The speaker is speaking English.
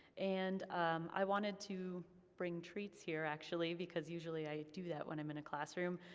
and i wanted to bring treats here actually, because usually i do that when i'm in a classroom.